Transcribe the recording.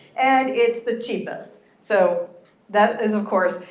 and it's the cheapest. so that is, of course,